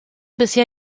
bisher